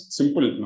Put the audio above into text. simple